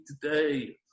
today